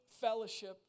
fellowship